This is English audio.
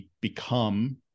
become